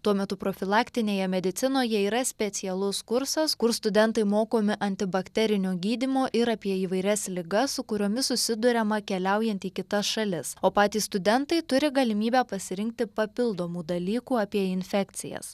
tuo metu profilaktinėje medicinoje yra specialus kursas kur studentai mokomi antibakterinio gydymo ir apie įvairias ligas su kuriomis susiduriama keliaujant į kitas šalis o patys studentai turi galimybę pasirinkti papildomų dalykų apie infekcijas